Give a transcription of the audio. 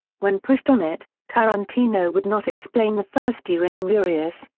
when pushed on it, tarantino would not explain the first u in inglourious,